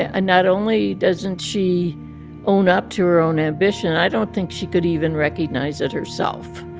ah ah not only doesn't she own up to her own ambition. i don't think she could even recognize it herself.